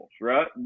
right